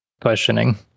questioning